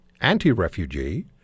anti-refugee